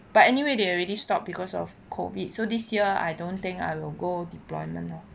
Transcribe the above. but anyway they already stopped because of COVID so this year I don't think I will go deployment lor